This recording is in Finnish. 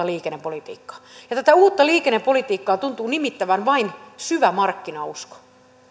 liikennepolitiikkaa ja tätä uutta liikennepolitiikkaa tuntuu nimittävän vain syvä markkinausko